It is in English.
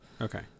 Okay